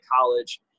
college